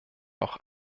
auch